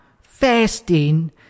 fasting